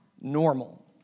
normal